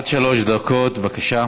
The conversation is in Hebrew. עד שלוש דקות, בבקשה.